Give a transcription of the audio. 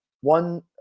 one